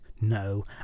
No